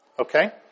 Okay